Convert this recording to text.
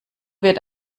wird